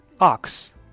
Ox